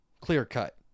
clear-cut